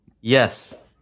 Yes